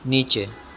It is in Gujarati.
નીચે